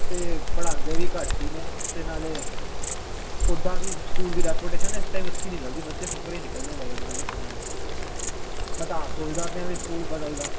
ਅਤੇ ਪੜ੍ਹਾਉਂਦੇ ਵੀ ਘੱਟ ਹੀ ਨੇਂ ਅਤੇ ਨਾਲ ਉੱਦਾਂ ਵੀ ਸਕੂਲ ਦੀ ਰਿਪੋਟੇਸ਼ਨ ਇਸ ਟਾਈਮ ਅੱਛੀ ਨਹੀ ਚੱਲਦੀ ਬੱਚੇ ਫੁਕਰੇ ਨਿਕਲਦੇ ਪਏ ਜਿੰਨਾ ਕੁ ਸੁਣਿਆ ਮੈਂ ਤਾਂ ਆਪ ਸੋਚਦਾ ਆਪਣਿਆਂ ਦਾ ਵੀ ਸਕੂਲ ਬਦਲ ਦੇਵਾਂ